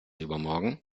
übermorgen